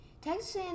Texas